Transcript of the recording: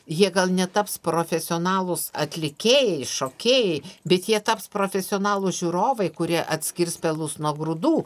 jie gal netaps profesionalūs atlikėjai šokėjai bet jie taps profesionalūs žiūrovai kurie atskirs pelus nuo grūdų